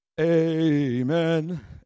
Amen